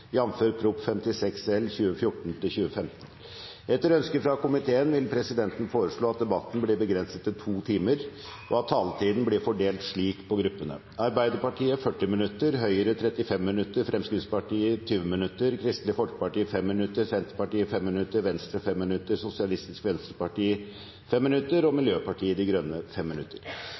at taletiden blir fordelt slik på gruppene: Arbeiderpartiet 40 minutter, Høyre 35 minutter, Fremskrittspartiet 20 minutter, Kristelig Folkeparti 5 minutter, Senterpartiet 5 minutter, Venstre 5 minutter, Sosialistisk Venstreparti 5 minutter og Miljøpartiet De Grønne 5 minutter.